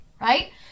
right